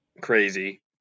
crazy